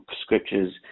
scriptures